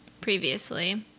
previously